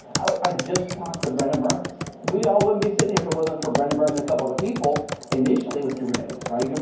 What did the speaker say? i i just talked to brendan burns. we all won't be sitting here for it wasn't for brendan burns and couple of other people initially with kubernetes, right?